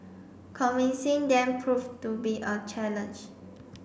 convincing them proved to be a challenge